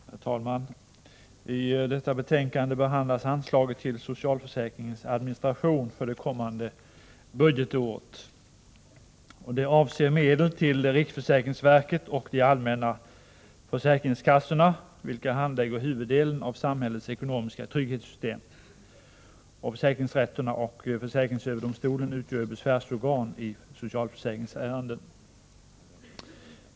Herr talman! I detta betänkande behandlas anslaget till socialförsäkringens administration för det kommande budgetåret. Det avser medel till riksförsäkringsverket och de allmänna försäkringskassorna, vilka handlägger huvuddelen av samhällets ekonomiska trygghetssystem. Försäkringsrätterna och försäkringsöverdomstolen utgör besvärsorgan i socialförsäkringsärenden.